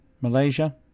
Malaysia